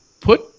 put